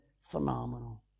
phenomenal